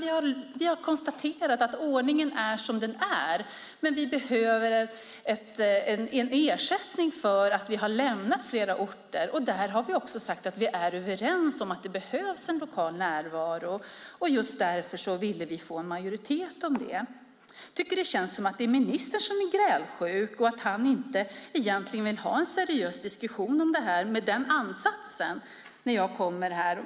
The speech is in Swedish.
Vi har konstaterat att ordningen är som den är, men att vi behöver en ersättning för att vi har lämnat flera orter. Vi har också sagt att vi är överens om att det behövs en lokal närvaro. Just därför ville vi få en majoritet om det. Jag tycker att det känns som att det är ministern som är grälsjuk och att han egentligen inte vill ha en seriös diskussion om det här med den ansatsen.